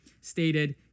Stated